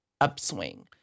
upswing